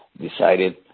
decided